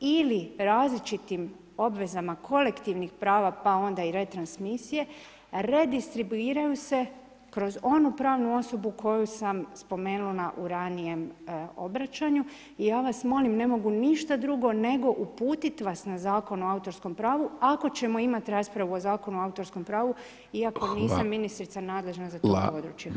ili različitim obvezama kolektivnih prava pa onda i retrans misije, redistribuiraju se kroz ovu pravnu osobu koju sam spomenula u ranijem obraćanju i ja vas molim, ne mogu ništa drugo nego uputit vas na Zakon o autorskom pravu ako ćemo imati raspravu o Zakonu o autorskom pravu, iako nisam ministrica nadležna za to područje.